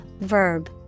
verb